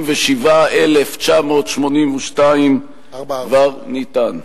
57982 כבר ניתן.